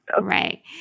Right